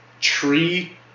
Tree